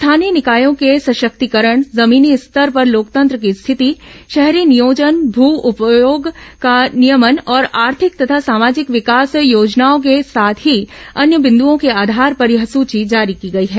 स्थानीय निकायों के सशक्तिकरण जमीनी स्तर पर लोकतंत्र की स्थिति शहरी नियोजन भ उपयोग का नियमन और आर्थिक तथा सामाजिक विकास योजनाओं के साथ ही अन्य बिंदुओं के आधार पर यह सूची जारी की गई है